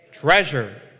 Treasure